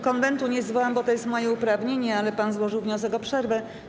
Konwentu nie zwołam, bo to jest moje uprawnienie, ale pan złożył wniosek o przerwę.